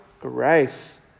grace